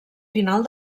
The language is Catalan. final